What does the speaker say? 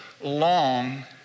long